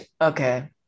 Okay